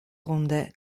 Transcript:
runde